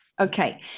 Okay